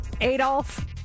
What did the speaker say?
Adolf